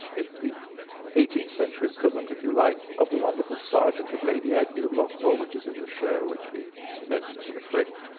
it's the eighteenth century equivalent, if you like, of the wonderful sargent of lady agnew of lochnaw, which is in the show, which we've lent to the frick.